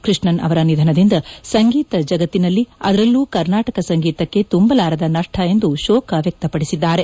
ಕ್ಬಷ್ಣನ್ ಅವರ ನಿಧನದಿಂದ ಸಂಗೀತ ಜಗತ್ತಿನಲ್ಲಿ ಅದರಲ್ಲೂ ಕರ್ನಾಟಕ ಸಂಗೀತಕ್ಕೆ ತುಂಬಲಾರದ ನಷ್ಟ ಎಂದು ಶೋಕ ವ್ಯಕ್ತಪದಿಸಿದ್ದಾರೆ